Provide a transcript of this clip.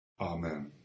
Amen